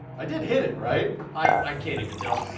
i did hit it, right? i can't even tell.